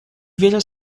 veja